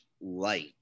light